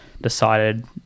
decided